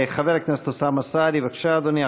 חבר הכנסת אוסאמה סעדי, בבקשה, אדוני.